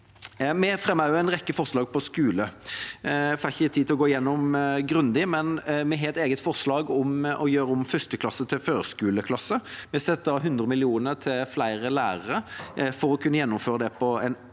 Vi fremmer også en rekke forslag som gjelder skolen. Jeg får ikke tid til å gå gjennom det grundig, men vi har et eget forslag om å gjøre om 1. klasse til førskoleklasse. Vi setter av 100 mill. kr til flere lærere for å kunne gjennomføre det på en god måte.